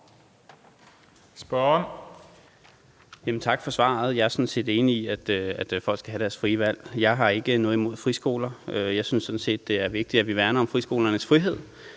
(S): Tak for svaret. Jeg er sådan set enig i, at folk skal have deres frie valg. Jeg har ikke noget imod friskoler. Jeg synes sådan set, det er vigtigt, at vi værner om friskolernes frihed